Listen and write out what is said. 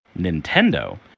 Nintendo